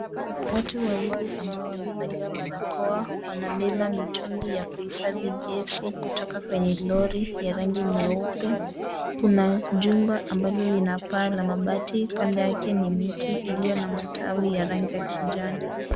Watu wawili ambao amevalia barakoa wanabeba mitungi ya kuhifadhi gesi kutoka kwenye lori ya rangi nyeupe, kuna jumba ambalo lina paa la mabati, kando yake ni miti iliyo na matawi ya rangi ya kijani.